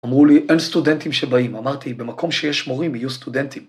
‫אמרו לי, אין סטודנטים שבאים. ‫אמרתי, במקום שיש מורים יהיו סטודנטים.